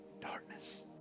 darkness